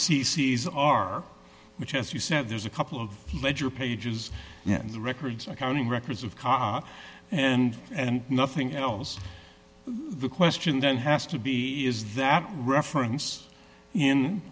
c s are which as you said there's a couple of ledger pages in the records accounting records of ca and and nothing else the question then has to be is that reference